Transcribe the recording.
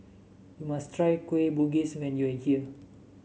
you must try Kueh Bugis when you are here